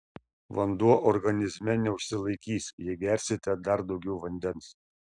vanduo organizme neužsilaikys jei gersite dar daugiau vandens